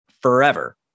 forever